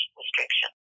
restriction